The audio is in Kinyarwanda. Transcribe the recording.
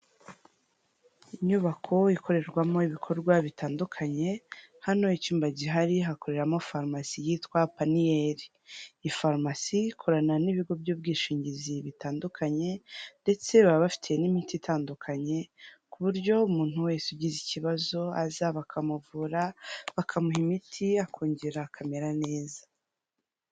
Inyubako ikorerwamo ibikorwa bitandukanye, hano icyumba gihari hakoreramo pharmacy yitwa Paniel. Iyi pharmacy ikorana n'ibigo by'ubwishingizi bitandukanye, ndetse baba bafite n'imiti itandukanye ku buryo umuntu wese ugize ikibazo aza bakamuvura, bakamuha imiti akongera akamera neza.